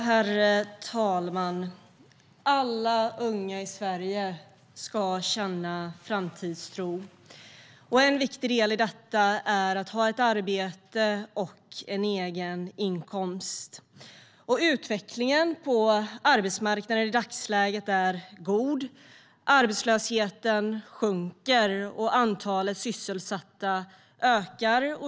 Herr talman! Alla unga i Sverige ska känna framtidstro. En viktig del i det är att ha ett arbete och en egen inkomst. Utvecklingen på arbetsmarknaden är i dagsläget god. Arbetslösheten sjunker, och antalet sysselsatta ökar.